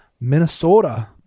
Minnesota